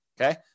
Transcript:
Okay